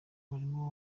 barimo